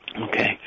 Okay